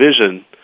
vision